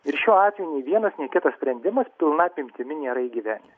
ir šiuo atveju nei vienas nei kitas sprendimas pilna apimtimi nėra įgyvendint